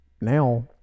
now